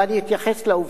ואני אתייחס לעובדות.